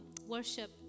worship